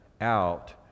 out